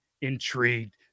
intrigued